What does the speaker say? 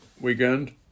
weekend